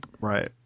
right